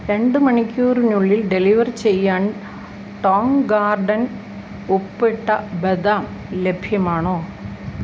രണ്ട് മണിക്കൂറിനുള്ളിൽ ഡെലിവർ ചെയ്യാൻ ടോങ് ഗാർഡൻ ഉപ്പിട്ട ബദാം ലഭ്യമാണോ